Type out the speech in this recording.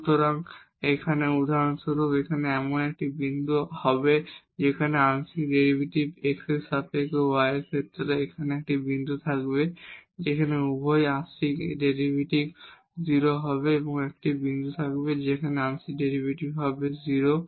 সুতরাং এখানে উদাহরণস্বরূপ এটি এমন একটি বিন্দু হবে যেখানে আংশিক ডেরিভেটিভ হবে x এর সাপেক্ষে এবং y এর ক্ষেত্রেও এখানে একটি বিন্দু থাকবে যেখানে উভয় আংশিক ডেরিভেটিভ 0 হবে এখানে একটি বিন্দু থাকবে যেখানে আংশিক ডেরিভেটিভ হবে 0